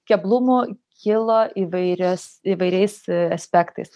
keblumų kilo įvairios įvairiais aspektais